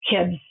kids